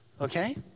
Okay